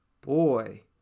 Boy